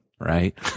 Right